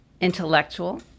intellectual